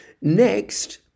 Next